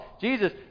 Jesus